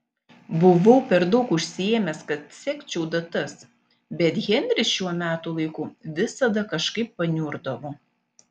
buvau per daug užsiėmęs kad sekčiau datas bet henris šiuo metų laiku visada kažkaip paniurdavo